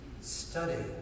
Study